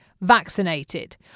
vaccinated